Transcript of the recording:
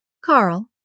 Carl